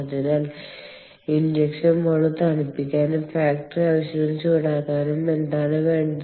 അതിനാൽ injection mould തണുപ്പിക്കാനും factory ആവശ്യത്തിന് ചൂടാക്കാനും എന്താണ് വേണ്ടത്